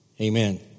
amen